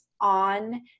on